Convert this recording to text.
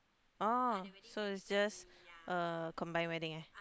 oh so it's just a combined wedding eh